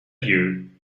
you